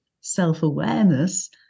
self-awareness